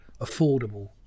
affordable